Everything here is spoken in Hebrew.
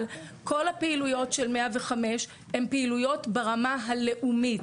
אבל כל הפעילויות של 105 הן פעילויות ברמה הלאומית.